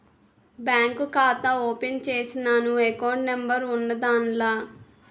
bank ఖాతా open చేసినాను account number ఉన్నాద్దాన్ల